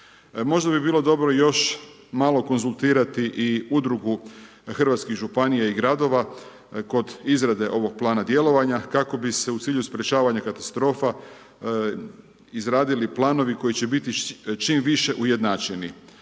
Možda bi bilo dobro još malo konzultirati i udrugu hrvatskih županija i gradova kod izrade ovog plana djelovanja, kako bi se u cilju sprječavanja katastrofa, izradili planovi koji će biti čim više ujednačeni.